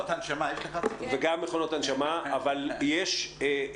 מכונות הנשמה יש לך?